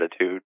attitude